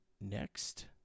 next